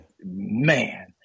Man